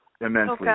immensely